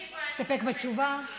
להסתפק בתשובה?